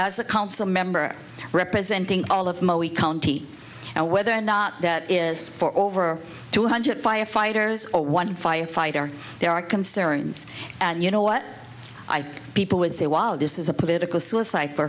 as a council member representing all of my wee county and whether or not that is for over two hundred firefighters or one firefighter there are concerns and you know what i people would say wow this is a political suicide for